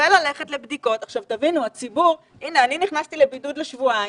ששווה ללכת לבדיקות הנה, אני נכנסתי לשבועיים